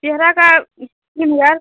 चेहरा का तीन हजार